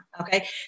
Okay